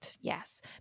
yes